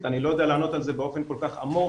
- אני לא יודע כל כך לענות על זה באופן כל כך עמוק,